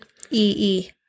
E-E